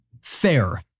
fair